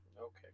Okay